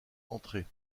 entrées